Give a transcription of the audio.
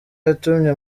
yatumye